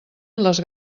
les